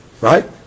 Right